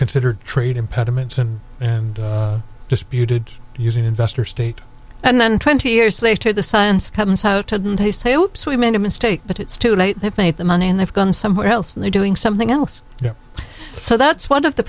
considered trade impediments and disputed using investor state and then twenty years later the science comes out to them they say oh we made a mistake but it's too late they've made the money and they've gone somewhere else and they're doing something else so that's one of the